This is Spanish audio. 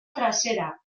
trasera